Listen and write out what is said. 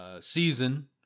season